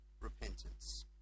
repentance